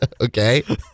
Okay